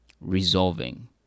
resolving